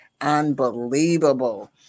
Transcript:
Unbelievable